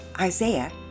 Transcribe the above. Isaiah